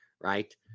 Right